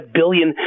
billion